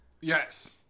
Yes